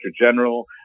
General